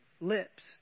lips